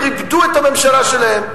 הם ריפדו את הממשלה שלהם.